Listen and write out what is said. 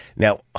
Now